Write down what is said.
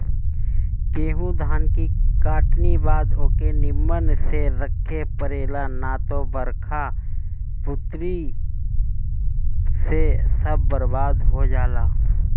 गेंहू धान के कटनी के बाद ओके निमन से रखे के पड़ेला ना त बरखा बुन्नी से सब बरबाद हो जाला